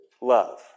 love